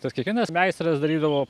tas kiekvienas meistras darydavo